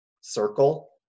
circle